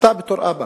אתה בתור אבא,